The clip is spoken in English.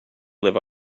live